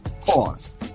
Pause